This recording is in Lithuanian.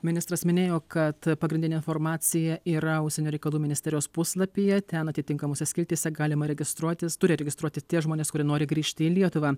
ministras minėjo kad pagrindinė informacija yra užsienio reikalų ministerijos puslapyje ten atitinkamose skiltyse galima registruotis turi registruotis tie žmonės kurie nori grįžti į lietuvą